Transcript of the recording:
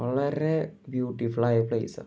വളരെ ബ്യൂട്ടിഫുളായ ഒരു പ്ലേയ്സാണ്